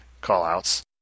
call-outs